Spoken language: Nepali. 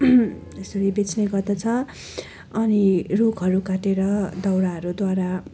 यसरी बेच्ने गर्दछ अनि रुखहरू काटेर दाउराहरू दाउरा